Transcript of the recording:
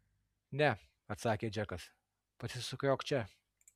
ne atsakė džekas pasisukiok čia